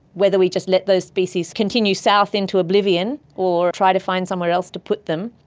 whether we just let those species continue south into oblivion or try to find somewhere else to put them.